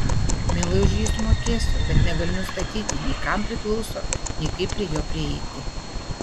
mielai už jį sumokėsiu bet negaliu nustatyti nei kam priklauso nei kaip prie jo prieiti